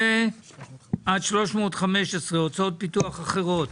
314 עד 315, הוצאות פיתוח אחרות.